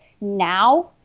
now